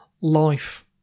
Life